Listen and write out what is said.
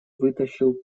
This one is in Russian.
вытащил